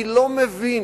אני לא מבין,